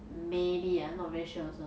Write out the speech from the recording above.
maybe ah I'm not very sure also